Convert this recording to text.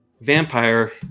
vampire